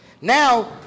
Now